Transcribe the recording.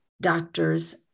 doctors